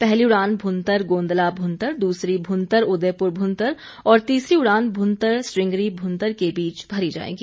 पहली उड़ान भुंतर गोंदला भुंतर दूसरी भुंतर उदयपुर भुंतर और तीसरी उड़ान भुंतर स्टिंगरी भुंतर के बीच भरी जाएगी